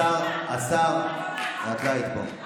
השר, את לא היית פה.